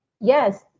Yes